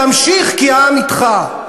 תמשיך, כי העם אתך.